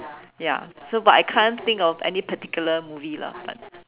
ya so but I can't think of any particular movie lah but